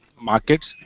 markets